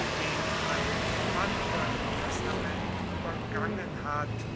den ein verwandter im testament übergangen hat